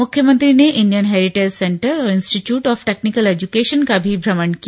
मुख्यमंत्री ने Indian heritage centre और इंस्टीट्यूट ऑफ टेक्नीकल एजुकेशन का भी भ्रमण किया